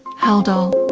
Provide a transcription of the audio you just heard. haldol,